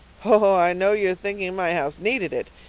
oh, i know you're thinking my house needed it.